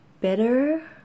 better